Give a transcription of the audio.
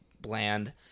bland